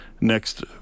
next